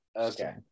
Okay